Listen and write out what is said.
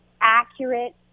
accurate